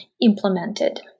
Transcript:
implemented